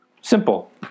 Simple